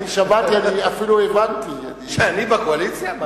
שאני בקואליציה?